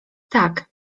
tak